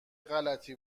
غلتی